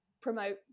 promote